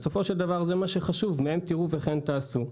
בסופו של דבר זה מה שחשוב, מהם תראו וכן תעשו.